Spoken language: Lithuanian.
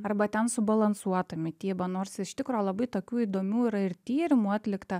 arba ten subalansuota mityba nors iš tikro labai tokių įdomių yra ir tyrimų atlikta